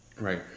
right